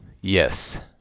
Yes